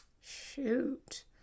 shoot